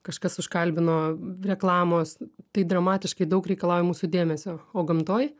kažkas užkalbino reklamos tai dramatiškai daug reikalauja mūsų dėmesio o gamtoj